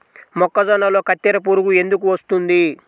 మొక్కజొన్నలో కత్తెర పురుగు ఎందుకు వస్తుంది?